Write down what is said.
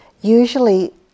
Usually